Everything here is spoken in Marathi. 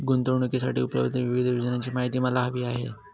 गुंतवणूकीसाठी उपलब्ध विविध योजनांची माहिती मला हवी आहे